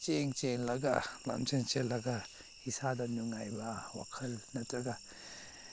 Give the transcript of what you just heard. ꯆꯦꯟꯂ ꯆꯦꯜꯂꯒ ꯂꯝꯖꯦꯜ ꯆꯦꯜꯂꯒ ꯏꯁꯥꯗ ꯅꯨꯡꯉꯥꯏꯕ ꯋꯥꯈꯜ ꯅꯠꯇ꯭ꯔꯒ